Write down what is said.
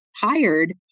hired